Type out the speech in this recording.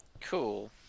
Cool